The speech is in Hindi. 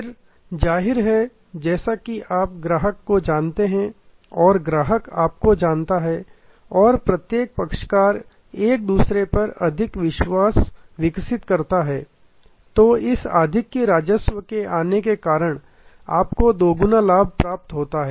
फिर जाहिर है जैसा कि आप ग्राहक को जानते हैं और ग्राहक आपको जानता है और प्रत्येक पक्षकार एक दूसरे पर अधिक विश्वास विकसित करता है तो इस अतिरिक्त राजस्व के आने के कारण आपको दोगुना लाभ होता है